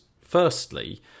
firstly